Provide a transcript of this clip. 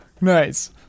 Nice